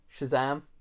Shazam